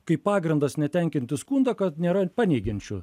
kaip pagrindas netenkinti skundą kad nėra paneigiančių